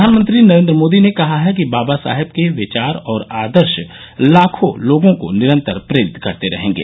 प्रधानमंत्री नरेन्द्र मोदी ने कहा है कि बाबा साहब के विचार और आदर्श लाखों लोगों को निरंतर प्रेरित करते रहेंगे